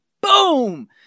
boom